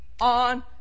on